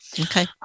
okay